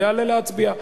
יעלה להצביע.